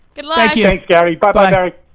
good luck. yeah thanks gary, bye bye gary.